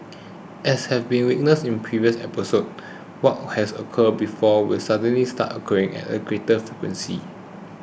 as have been witnessed in previous episodes what has occurred before will suddenly start occurring at a greater frequency